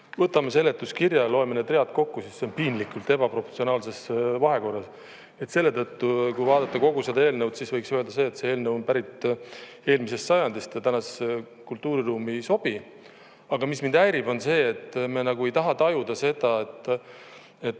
võtame seletuskirja, loeme need read kokku, siis see on piinlikult ebaproportsionaalses vahekorras. Selle tõttu, kui vaadata kogu seda eelnõu, siis võiks ju öelda, et see eelnõu on pärit eelmisest sajandist ja tänasesse kultuuriruumi ei sobi. Aga mis mind häirib, on see, et me ei taha tajuda seda, et